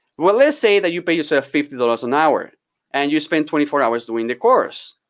well, let's say that you pay yourself fifty dollars an hour and you spend twenty four hours doing the course,